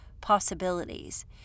possibilities